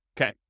Okay